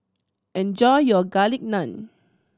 enjoy your Garlic Naan